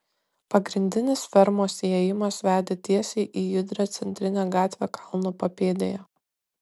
pagrindinis fermos įėjimas vedė tiesiai į judrią centrinę gatvę kalno papėdėje